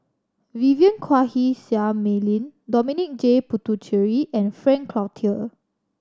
Vivien Quahe Seah Mei Lin Dominic J Puthucheary and Frank Cloutier